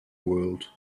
world